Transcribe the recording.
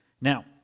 Now